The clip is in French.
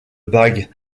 bague